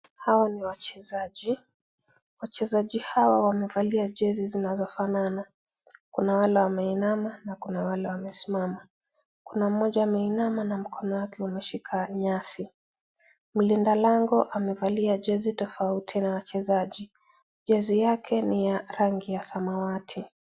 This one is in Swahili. Hawa ni wachezaji, wachezaji hawa wamevalia jezi zinazofanana kuna wale wameinama na kuna wale wamesimama kuna mmoja ameinama na mkono wake umeshika nyasi mlinda lango amevalia jezi tofauti na wachezaji jezi yake ni ya rangi ya samawati.